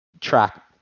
track